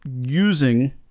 using